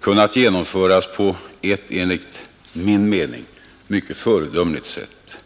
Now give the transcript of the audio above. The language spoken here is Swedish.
kunnat genomföras på ett enligt min mening föredömligt sätt.